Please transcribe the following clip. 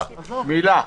מילה,